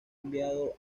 enviado